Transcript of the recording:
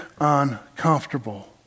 uncomfortable